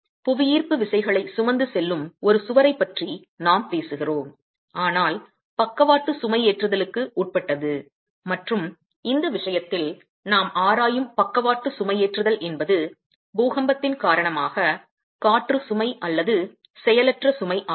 புவியீர்ப்பு விசைகளைச் சுமந்து செல்லும் ஒரு சுவரைப் பற்றி நாம் பேசுகிறோம் ஆனால் பக்கவாட்டு சுமைஏற்றுதலுக்கும் உட்பட்டது மற்றும் இந்த விஷயத்தில் நாம் ஆராயும் பக்கவாட்டு சுமைஏற்றுதல் என்பது பூகம்பத்தின் காரணமாக காற்று சுமை அல்லது செயலற்ற சுமை ஆகும்